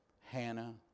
Hannah